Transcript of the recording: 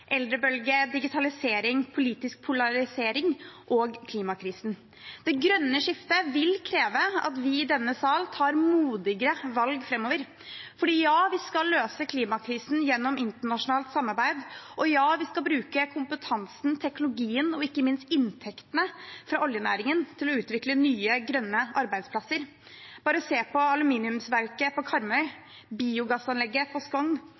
eldrebølge, digitalisering, politisk polarisering og klimakrise. Det grønne skiftet vil kreve at vi i denne sal tar modigere valg framover. Ja, vi skal løse klimakrisen gjennom internasjonalt samarbeid. Og ja, vi skal bruke kompetansen, teknologien og ikke minst inntektene fra oljenæringen for å utvikle nye, grønne arbeidsplasser. Bare se på aluminiumsverket på Karmøy, biogassanlegget på